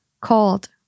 Cold